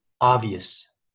obvious